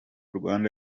rwanda